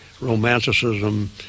Romanticism